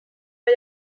pas